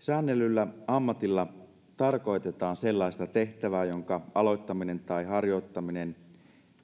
säännellyllä ammatilla tarkoitetaan sellaista tehtävää jonka aloittaminen tai harjoittaminen